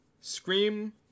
Scream